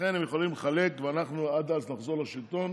לכן הם יכולים לחלק, ואנחנו עד אז נחזור לשלטון